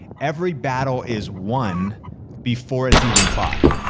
every battle is won before it's even fought.